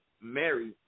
Mary